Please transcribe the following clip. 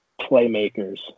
playmakers